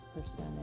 percentage